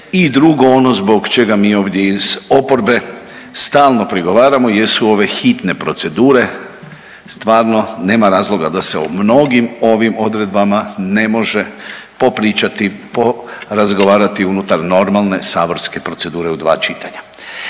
I drugo, ono zbog čega mi ovdje iz oporbe stalno prigovaramo jesu ove hitne procedure, stvarno nema razloga da se o mnogim ovim odredbama ne može popričati i porazgovarati unutar normalne saborske procedure u dva čitanja.